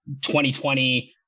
2020